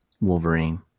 Wolverine